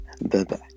bye-bye